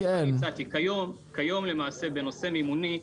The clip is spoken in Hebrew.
בנושא מימוני,